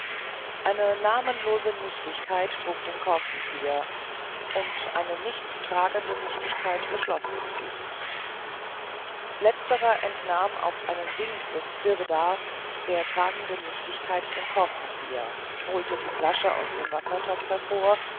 eine namenlose nichtigkeit trug den korkzieher und eine nichtstragende nichtigkeit beschloß den zug letztere entnahm auf einen wink des sirdars der tragenden nichtigkeit den korkzieher holte die flasche aus dem wassertopf hervor